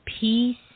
peace